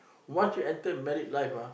once you enter married life ah